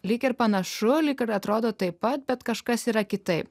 lyg ir panašu lyg ir atrodo taip pat bet kažkas yra kitaip